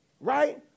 right